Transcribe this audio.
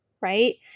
right